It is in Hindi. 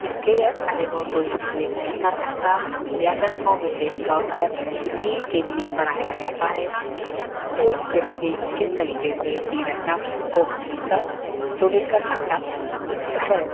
इसके अधिक और कोई संतुलित नहीं कर सकता व्याकरण को विशेष तौर पर इसी के लिए पढ़ाया जाता है कि एक व्यक्ति किस तरीके से अपनी रचना को संतुलित कर सकता है